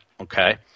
Okay